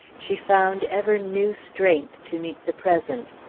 she found ever new strength to meet the present.